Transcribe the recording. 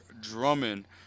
Drummond